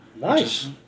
Nice